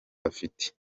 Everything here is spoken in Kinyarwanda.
afite